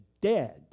dead